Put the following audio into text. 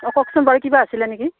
অঁ কওকচোন বাৰু কিবা আছিলে নেকি